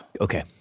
Okay